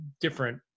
different